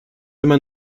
immer